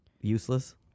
useless